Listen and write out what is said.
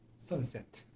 sunset